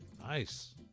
nice